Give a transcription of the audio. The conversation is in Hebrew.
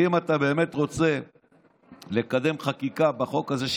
אם אתה באמת רוצה לקדם חקיקה בנושא הזה,